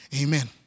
Amen